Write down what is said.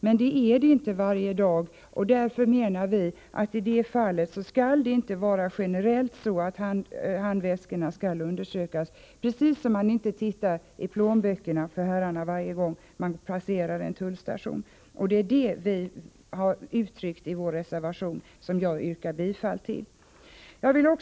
Men sådan skärpt kontroll förekommer inte varje dag, och därför menar vi att det inte generellt skall vara så att handväskorna undersöks — precis som männens plånböcker inte undersöks varje gång en tullstation passeras. Det är detta vi har velat uttrycka i vår reservation, som jag yrkar bifall till. Herr talman!